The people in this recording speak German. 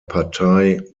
partei